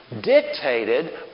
Dictated